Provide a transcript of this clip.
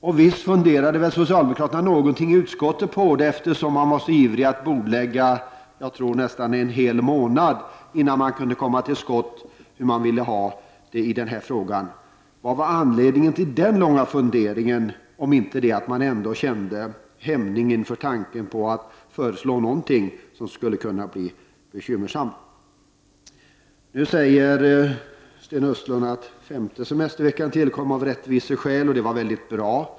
Och visst funderade väl socialdemokraterna i utskottet på det, eftersom de var så ivriga att bordlägga ärendet nästan en hel månad innan de kunde komma till skott i fråga om hur de ville ha det i den frågan. Vad var anledningen till att de funderade så länge, om inte den att de kände hämningar inför tanken på att föreslå någonting som skulle kunna bli bekymmersamt? Sten Östlund säger vidare att den femte semesterveckan tillkom av rättviseskäl och att det var mycket bra.